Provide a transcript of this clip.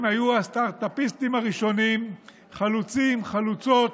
הם היו הסטרטאפיסטים הראשונים, חלוצים, חלוצות,